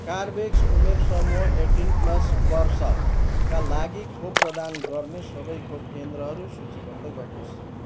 कार्बेभ्याक्स उमेर समूह eighteen plus वर्षका लागि खोप प्रदान गर्ने सबै खोप केन्द्रहरू सूचीबद्ध गर्नुहोस्